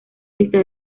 está